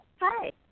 hi